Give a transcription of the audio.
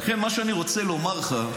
לכן מה שאני רוצה לומר לך,